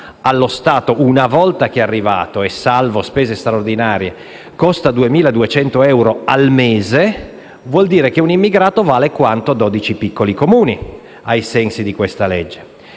allo Stato, una volta arrivato e salvo spese straordinarie, 2.200 euro al mese, vuol dire che un immigrato vale quanto 12 piccoli Comuni ai sensi di questa legge.